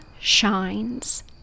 shines